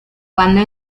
cuando